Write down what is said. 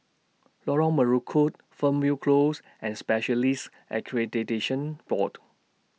Lorong Melukut Fernvale Close and Specialists Accreditation Board